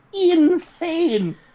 insane